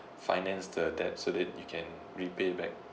finance the debt so that you can repay back